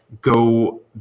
go